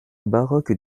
baroque